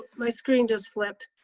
my screen just flipped.